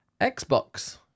xbox